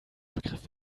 begriff